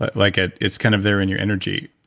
like ah it's kind of there in your energy.